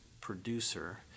producer